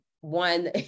one